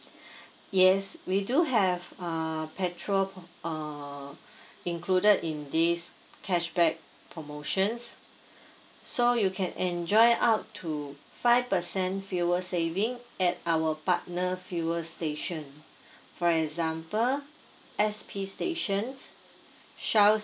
yes we do have err petrol uh included in this cashback promotions so you can enjoy up to five percent feel saving at our partner fuel station for example S_P stations shell